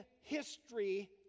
history